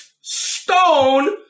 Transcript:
Stone